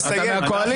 אתה מהקואליציה...